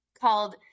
called